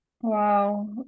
Wow